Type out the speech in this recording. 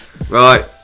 right